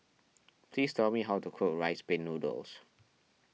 please tell me how to cook Rice Pin Noodles